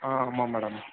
ஆ ஆமாம் மேடம்